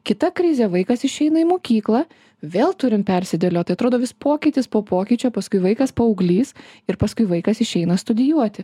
kita krizė vaikas išeina į mokyklą vėl turim persidėliot tai atrodo vis pokytis po pokyčio paskui vaikas paauglys ir paskui vaikas išeina studijuoti